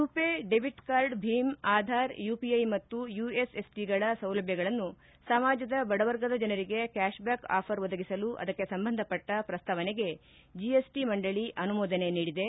ರುವೆ debit card ಭೀಮ್ ಆಧಾರ್ ಯುಖಐ ಮತ್ತು ಯುಎಸ್ಎಸ್ಡಿಗಳ ಸೌಲಭ್ಯಗಳನ್ನು ಸಮಾಜದ ಬಡವರ್ಗದ ಜನರಿಗೆ ಕ್ಯಾಶ್ಬ್ಯಾಕ್ ಆಫರ್ ಒದಗಿಸಲು ಅದಕ್ಕೆ ಸಂಬಂಧಪಟ್ಟ ಪ್ರಸ್ತಾವನೆಗೆ ಜಿಎಸ್ಟಿ ಮಂಡಳಿ ಅನುಮೋದನೆ ನೀಡಿದೆ